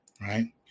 Right